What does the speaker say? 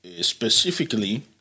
specifically